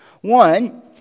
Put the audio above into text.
One